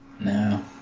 No